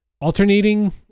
alternating